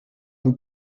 vous